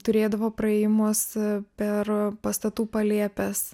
turėdavo praėjimus per pastatų palėpes